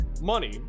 money